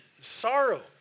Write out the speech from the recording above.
sorrow